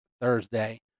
Thursday